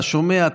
אתה שומע,